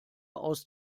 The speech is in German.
aus